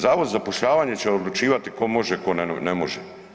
Zavod za zapošljavanje će odlučivati tko može, tko ne može.